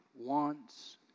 wants